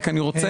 לכן,